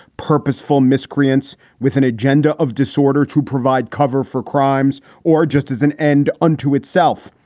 purposeful miscreants with an agenda of disorder to provide cover for crimes or just as an end unto itself.